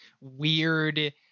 weird –